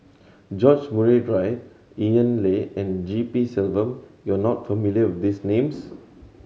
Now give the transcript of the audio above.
George Murray Reith Ian Loy and G P Selvam You are not familiar with these names